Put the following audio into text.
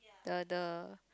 the the